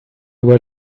were